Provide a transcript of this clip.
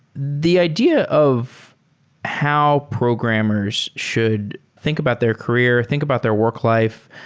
the idea of how programmers should think about their career, think about their work-life.